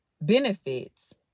benefits